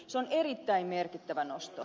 se on erittäin merkittävä nosto